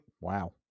Wow